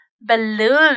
balloon